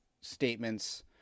statements